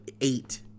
eight